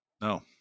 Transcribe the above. No